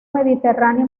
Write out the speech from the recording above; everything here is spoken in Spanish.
mediterránea